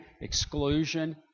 exclusion